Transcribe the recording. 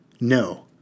No